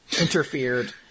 interfered